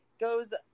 goes